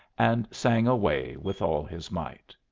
and sang away with all his might.